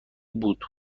بود